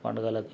పండుగలకి